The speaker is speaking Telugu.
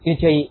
ఇది చేయి